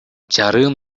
жарым